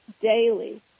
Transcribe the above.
daily